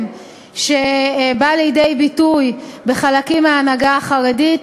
שבא לידי ביטוי בחלקים מההנהגה החרדית,